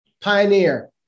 Pioneer